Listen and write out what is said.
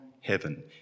heaven